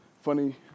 funny